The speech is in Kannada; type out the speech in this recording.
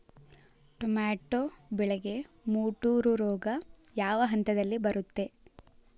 ಟೊಮ್ಯಾಟೋ ಬೆಳೆಗೆ ಮುಟೂರು ರೋಗ ಯಾವ ಹಂತದಲ್ಲಿ ಬರುತ್ತೆ?